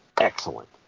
excellent